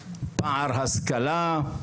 פער השכלה,